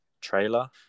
trailer